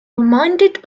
reminded